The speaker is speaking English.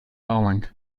bowling